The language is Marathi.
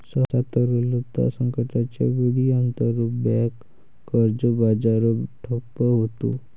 सहसा, तरलता संकटाच्या वेळी, आंतरबँक कर्ज बाजार ठप्प होतो